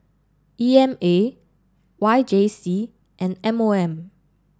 E M A Y J C and M O M